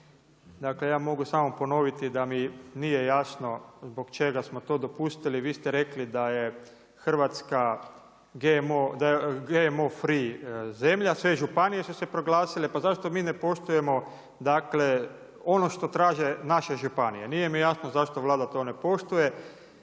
ja mogu samo ponoviti da mi nije jasno zbog čega smo to dopustili vi ste rekli da je Hrvatska GMO, da je GMO free zemlja, sve županije su se proglasile. Pa zašto mi ne poštujemo dakle ono što traže naše županije? Nije mi jasno zašto Vlada to ne poštuje.